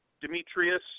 Demetrius